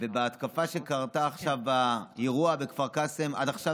ובהתקפה שקרתה עכשיו באירוע בכפר קאסם עד עכשיו,